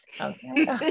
Okay